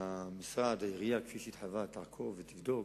המשרד, העירייה, כפי שהתחייבה, תעקוב ותבדוק.